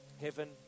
heaven